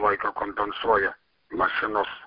laiką kompensuoja mašinos